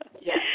Yes